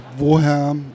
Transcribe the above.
Woher